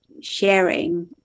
sharing